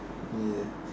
ya